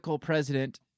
president